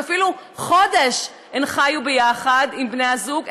שאפילו חודש חיו יחד עם בני זוג,